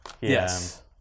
yes